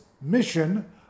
mission